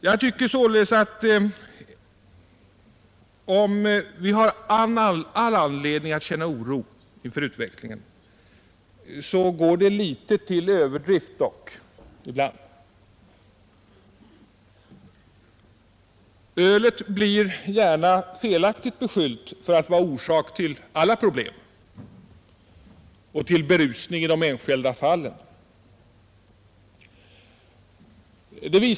Jag tycker således att även om vi har all anledning att känna oro inför utvecklingen går man dock ibland litet till överdrift. Ölet blir gärna felaktigt beskyllt för att vara orsak till alla problem och till berusning i de enskilda fallen.